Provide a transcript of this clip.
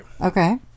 Okay